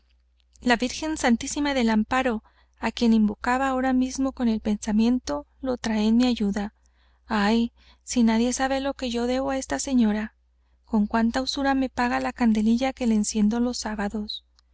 la virgen santísima del amparo á quien invocaba ahora mismo con el pensamiento lo trae en mi ayuda ay si nadie sabe lo que yo debo á esta señora con cuánta usura me paga las candelillas que le enciendo los sábados